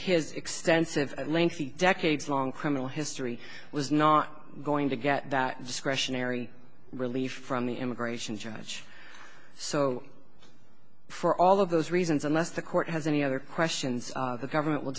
his extensive lengthy decades long criminal history was not going to get that discretionary relief from the immigration judge so for all of those reasons unless the court has any other questions the government will